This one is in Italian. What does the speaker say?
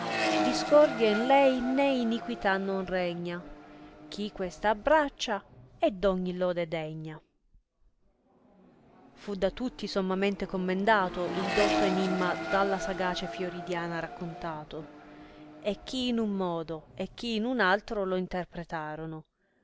discordia in lei né iniquità non regna chi questa abbraccia è d ogni lode degna fu da tutti sommamente commendato il dotto enimma dalla sagace fiordiana raccontato e chi in un modo e chi in un altro lo interpretorono